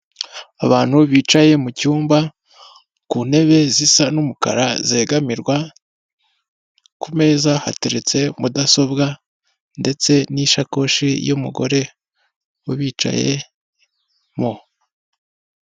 Abantu bicaye mu cyumba ku ntebe zisa n'umukara zegamirwa, kumeza hateretse mudasobwa ndetse n'isakoshi y'umugore bicaye mo.